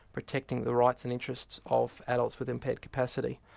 protecting the rights and interests of adults with impaired capacity.